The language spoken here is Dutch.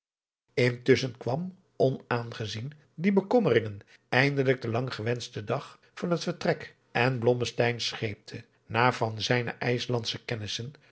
intusschen kwam onaangezien die bekommeringen eindelijk de lang gewenschte dag van het vertrek en blommesteyn scheepte na van zijne ijslandsche